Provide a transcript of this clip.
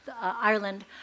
Ireland